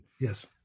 yes